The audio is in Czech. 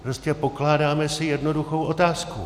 Prostě pokládáme si jednoduchou otázku.